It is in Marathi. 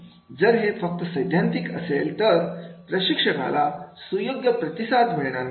जर हे फक्त सैद्धांतिक असेल तर प्रशिक्षकाला सुयोग्य प्रतिसाद मिळणार नाही